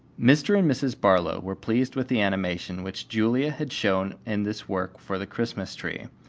mr. and mrs. barlow were pleased with the animation which julia had shown in this work for the christmas tree,